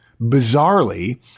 Bizarrely